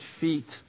feet